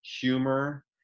humor